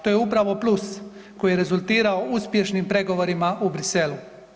To je upravo plus koji je rezultirao uspješnim pregovorima u Briselu.